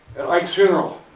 ike's funeral,